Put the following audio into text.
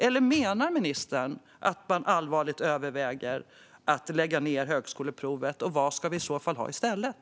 Eller menar ministern att man allvarligt överväger att lägga ned högskoleprovet? Och vad ska vi i så fall ha i stället?